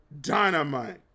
Dynamite